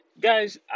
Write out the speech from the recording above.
guys